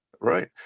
Right